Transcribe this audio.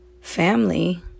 family